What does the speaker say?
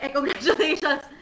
Congratulations